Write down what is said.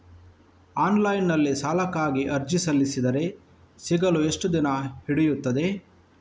Online ನಲ್ಲಿ ಸಾಲಕ್ಕಾಗಿ ಅರ್ಜಿ ಸಲ್ಲಿಸಿದರೆ ಸಿಗಲು ಎಷ್ಟು ದಿನ ಹಿಡಿಯುತ್ತದೆ?